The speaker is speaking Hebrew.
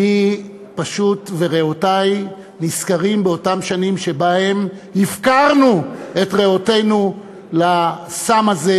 אני וריאותי נזכרים באותן שנים שבהן הפקרנו את ריאותינו לסם הזה,